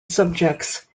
subjects